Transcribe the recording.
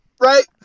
Right